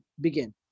begin